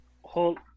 whole